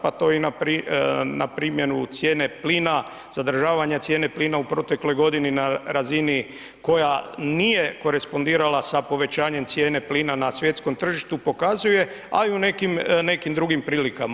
Pa to je i na primjenu cijene plina, zadržavanja cijene plina u protekloj godini na razini koja nije korespondirala sa povećanjem cijene plina na svjetskom tržištu pokazuje a i u nekim drugim prilikama.